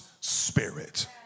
spirit